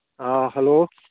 ꯑꯥ hello